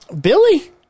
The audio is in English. Billy